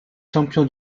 champion